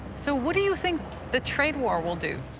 so what do you think the trade war will do?